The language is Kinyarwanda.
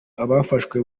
abafashwe